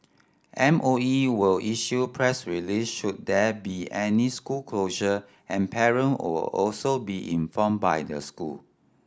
M O E will issue press release should there be any school closure and parent will also be informed by the school